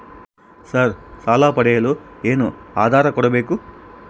Sir ಸಾಲ ಪಡೆಯಲು ಏನು ಆಧಾರ ಕೋಡಬೇಕು?